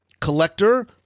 collector